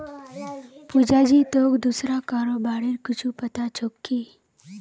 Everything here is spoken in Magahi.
पुजा जी, तोक दूसरा करेर बार कुछु पता छोक की